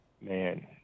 man